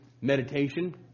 meditation